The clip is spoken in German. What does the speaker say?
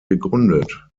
gegründet